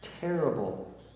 terrible